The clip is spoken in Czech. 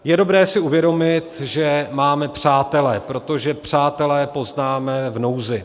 Je dobré si uvědomit, že máme přátele, protože přátele poznáme v nouzi.